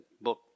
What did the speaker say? book